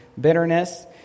bitterness